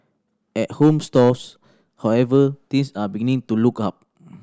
at home stores however things are beginning to look up